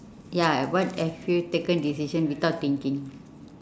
ya at what have you taken decision without thinking